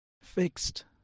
fixed